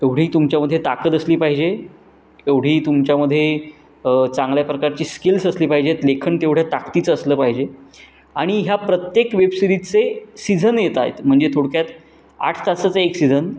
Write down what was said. एवढी तुमच्यामध्ये ताकद असली पाहिजे एवढी तुमच्यामध्ये चांगल्या प्रकारची स्किल्स असली पाहिजेत लेखन तेवढ्या ताकदीचं असलं पाहिजे आणि ह्या प्रत्येक वेबसिरीजचे सीझन येत आहेत म्हणजे थोडक्यात आठ तासाचं एक सीझन